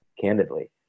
candidly